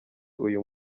uyu